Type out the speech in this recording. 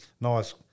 nice